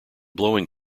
blowing